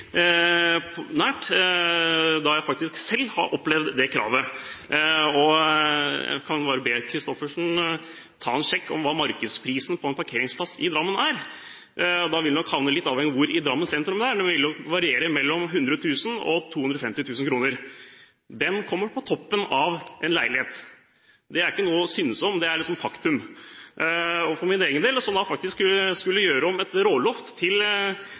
nært, da jeg faktisk selv har opplevd det kravet. Jeg kan bare be Lise Christoffersen ta en sjekk på hva markedsprisen for en parkeringsplass i Drammen er. Det vil nok avhenge litt av hvor i Drammen sentrum det er, men det vil variere mellom 100 000 kr og 250 000 kr. Det kommer på toppen av kjøp av leilighet. Det er ikke synsing; det er et faktum. For min egen del er det slik at da jeg skulle gjøre om et råloft til